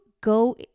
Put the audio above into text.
go